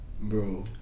Bro